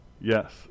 Yes